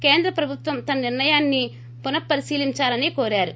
కేంద్ర ప్రభుత్వం తన నిర్ణయాన్ని పునః పరిశీలిందాలని కోరారు